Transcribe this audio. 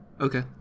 Okay